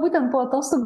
būtent po atostogų